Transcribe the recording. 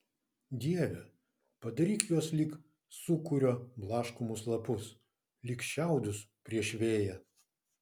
dieve padaryk juos lyg sūkurio blaškomus lapus lyg šiaudus prieš vėją